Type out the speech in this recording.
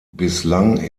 bislang